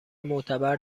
معتبر